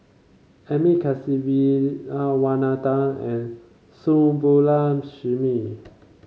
Amit Kasivis Wanathan and Subbulakshmi